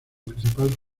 principal